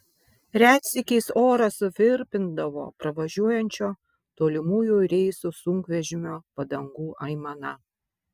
retsykiais orą suvirpindavo pravažiuojančio tolimųjų reisų sunkvežimio padangų aimana